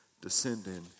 descending